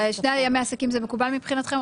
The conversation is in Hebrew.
אז שני ימי עסקים זה מקובל מבחינתכם,